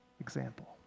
example